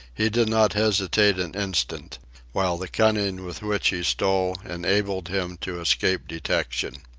he did not hesitate an instant while the cunning with which he stole enabled him to escape detection.